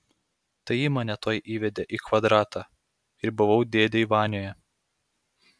tai ji mane tuoj įvedė į kvadratą ir buvau dėdėj vanioje